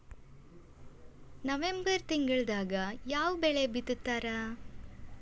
November ತಿಂಗಳದಾಗ ಯಾವ ಬೆಳಿ ಬಿತ್ತತಾರ?